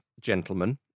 gentlemen